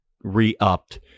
re-upped